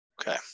Okay